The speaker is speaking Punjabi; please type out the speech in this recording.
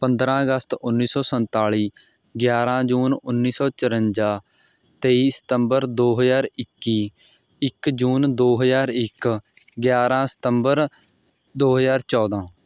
ਪੰਦਰ੍ਹਾਂ ਅਗਸਤ ਉੱਨੀ ਸੌ ਸੰਤਾਲ਼ੀ ਗਿਆਰ੍ਹਾਂ ਜੂਨ ਉੱਨੀ ਸੌ ਚੁਰੰਜਾ ਤੇਈ ਸਤੰਬਰ ਦੋ ਹਜ਼ਾਰ ਇੱਕੀ ਇੱਕ ਜੂਨ ਦੋ ਹਜ਼ਾਰ ਇੱਕ ਗਿਆਰ੍ਹਾਂ ਸਤੰਬਰ ਦੋ ਹਜ਼ਾਰ ਚੌਦ੍ਹਾਂ